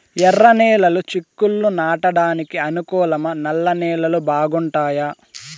ఎర్రనేలలు చిక్కుళ్లు నాటడానికి అనుకూలమా నల్ల నేలలు బాగుంటాయా